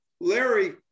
Larry